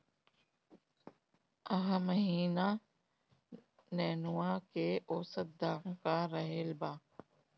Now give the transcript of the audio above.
एह महीना नेनुआ के औसत दाम का रहल बा?